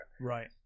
right